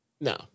No